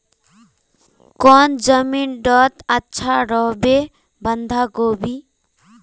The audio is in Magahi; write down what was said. कौन जमीन टत अच्छा रोहबे बंधाकोबी?